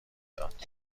داد